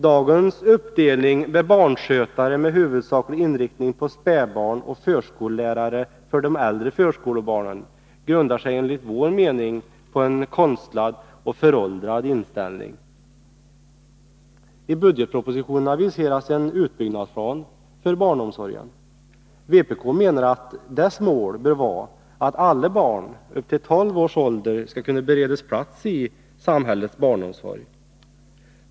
Dagens uppdelning med barnskötare med huvudsaklig inriktning på spädbarn och förskollärare för de äldre förskolebarnen grundar sig, enligt vår mening, på en konstlad och föråldrad inställning. I budgetpropositionen aviseras en utbyggnadsplan för barnomsorgen. Vpk menar att dess mål bör vara att alla barn upp till 12 års ålder skall kunna beredas plats i samhällets barnomsorg.